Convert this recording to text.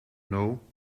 know